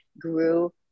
grew